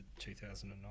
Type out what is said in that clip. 2009